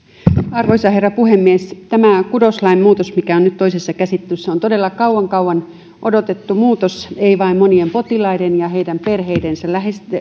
arvoisa herra puhemies tämä kudoslain muutos mikä on nyt toisessa käsittelyssä on todella kauan kauan odotettu muutos ei vain monien potilaiden ja heidän perheidensä